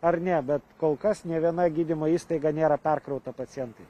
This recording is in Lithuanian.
ar ne bet kol kas nė viena gydymo įstaiga nėra perkrauta pacientais